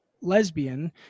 lesbian